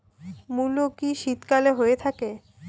মূলো কি শীতকালে হয়ে থাকে?